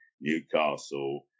Newcastle